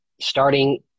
starting